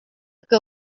que